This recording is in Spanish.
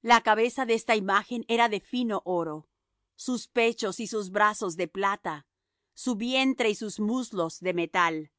la cabeza de esta imagen era de fino oro sus pechos y sus brazos de plata su vientre y sus muslos de metal